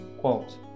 Quote